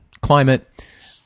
climate